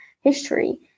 history